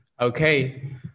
Okay